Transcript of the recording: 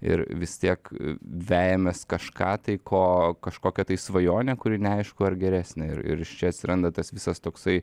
ir vis tiek vejamės kažką tai ko kažkokią tai svajonę kuri neaišku ar geresnė ir ir iš čia atsiranda tas visas toksai